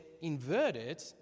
inverted